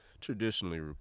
traditionally